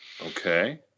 Okay